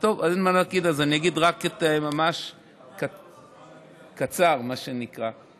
טוב, אז אני אגיד רק ממש קצר, מה שנקרא.